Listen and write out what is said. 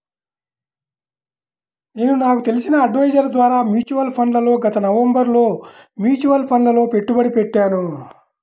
నేను నాకు తెలిసిన అడ్వైజర్ ద్వారా మ్యూచువల్ ఫండ్లలో గత నవంబరులో మ్యూచువల్ ఫండ్లలలో పెట్టుబడి పెట్టాను